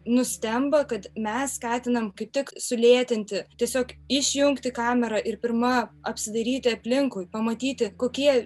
nustemba kad mes skatinam kaip tik sulėtinti tiesiog išjungti kamerą ir pirma apsidairyti aplinkui pamatyti kokie